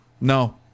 no